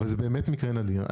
זה באמת מקרה נדיר.